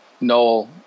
noel